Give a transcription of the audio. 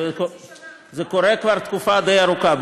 זה קורה כבר תקופה די ארוכה.